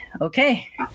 okay